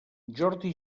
jordi